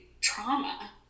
trauma